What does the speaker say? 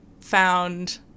found